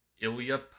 Ilya